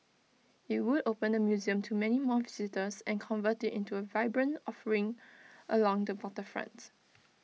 IT would open the museum to many more visitors and convert IT into A vibrant offering along the waterfronts